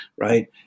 right